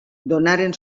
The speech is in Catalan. donaren